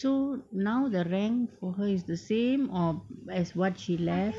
so now the rank for her is the same or as what she left